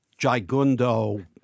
gigundo